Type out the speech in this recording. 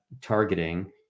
targeting